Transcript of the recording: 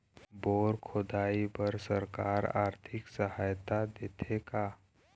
Bore खोदाई बर सरकार आरथिक सहायता देथे का?